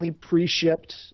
pre-shipped